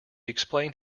explained